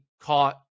caught